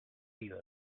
you